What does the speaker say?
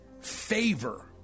favor